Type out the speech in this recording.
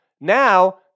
Now